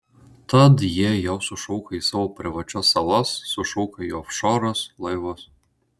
tad jie jau sušoka į savo privačias salas sušoka į ofšorus laivus